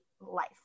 life